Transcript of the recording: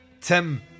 Tim